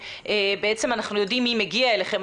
בעצם אנחנו יודעים מי מגיע אליכם,